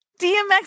DMX